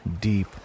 deep